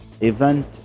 event